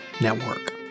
Network